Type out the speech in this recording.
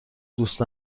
دوست